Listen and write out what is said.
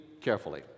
carefully